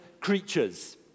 creatures